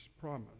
promise